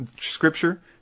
Scripture